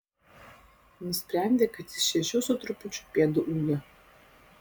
nusprendė kad jis šešių su trupučiu pėdų ūgio